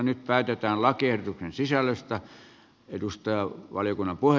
nyt päätetään lakiehdotuksen sisällöstä